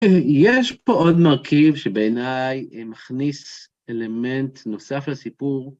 יש פה עוד מרכיב שבעיניי מכניס אלמנט נוסף לסיפור.